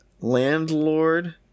landlord